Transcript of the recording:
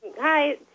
Hi